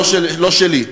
לא שלי,